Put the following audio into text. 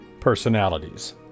personalities